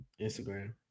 Instagram